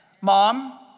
Mom